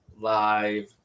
live